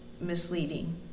misleading